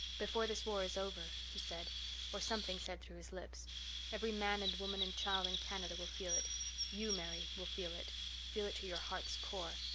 before this war is over, he said or something said through his lips every man and woman and child in canada will feel it you, mary, will feel it feel it to your heart's core.